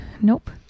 Nope